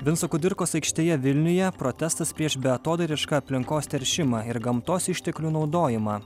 vinco kudirkos aikštėje vilniuje protestas prieš beatodairišką aplinkos teršimą ir gamtos išteklių naudojimą